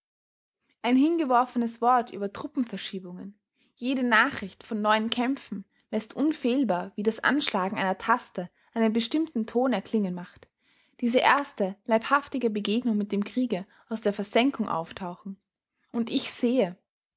ein hingeworfenes wort über truppenverschiebungen jede nachricht von neuen kämpfen läßt unfehlbar wie das anschlagen einer taste einen bestimmten ton erklingen macht diese erste leibhaftige begegnung mit dem kriege aus der versenkung auftauchen und ich sehe